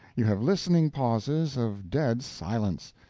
you have listening pauses of dead silence,